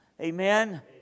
Amen